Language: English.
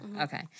okay